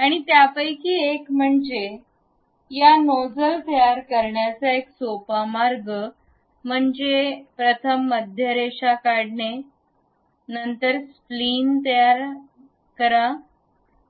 आणि त्यापैकी एक म्हणजे या नोजल तयार करण्याचा एक सोपा मार्ग म्हणजे प्रथम मध्य रेषा काढणे नंतर एक स्प्लिन वापरा